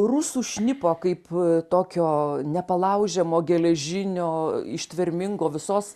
rusų šnipo kaip tokio nepalaužiamo geležinio ištvermingo visos